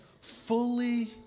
fully